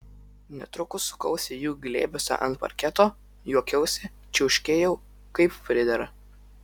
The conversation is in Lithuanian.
netrukus sukausi jų glėbiuose ant parketo juokiausi čiauškėjau kaip pridera